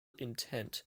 intent